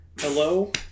Hello